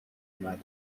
اومد